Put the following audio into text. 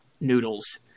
noodles